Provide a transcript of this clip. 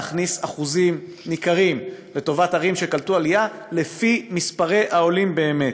להכניס אחוזים ניכרים לטובת ערים שקלטו עלייה לפי מספרי העולים באמת.